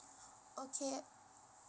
okay